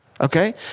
okay